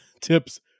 tips